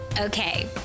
Okay